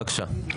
בבקשה.